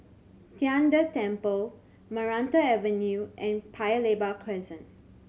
Tian De Temple Maranta Avenue and Paya Lebar Crescent